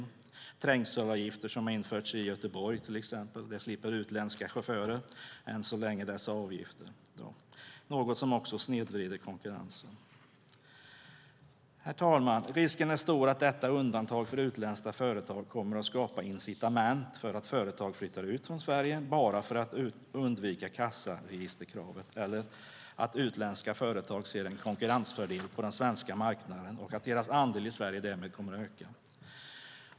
När det gäller de trängselavgifter som har införts i Göteborg slipper utländska chaufförer än så länge dessa avgifter, vilket snedvrider konkurrensen. Herr talman! Risken är stor att detta undantag för utländska företag kommer att skapa incitament för företag att flytta ut från Sverige bara för att undvika kassaregisterkravet, eller att utländska företag ser en konkurrensfördel på den svenska marknaden och att deras andel i Sverige därmed kommer att öka.